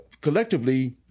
Collectively